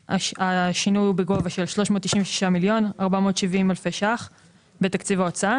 השינוי הוא בגובה של 396,470,000 ₪ בתקציב ההוצאה